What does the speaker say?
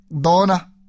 dona